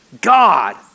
God